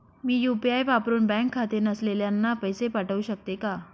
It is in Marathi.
मी यू.पी.आय वापरुन बँक खाते नसलेल्यांना पैसे पाठवू शकते का?